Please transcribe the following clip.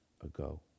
ago